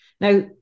now